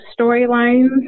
storylines